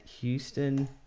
Houston